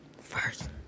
first